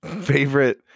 favorite